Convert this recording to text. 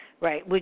Right